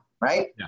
right